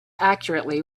accurately